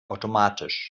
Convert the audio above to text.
automatisch